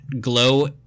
glow